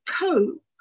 cope